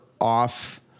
off